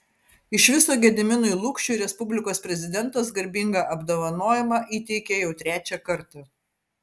iš viso gediminui lukšiui respublikos prezidentas garbingą apdovanojimą įteikė jau trečią kartą